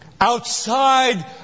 outside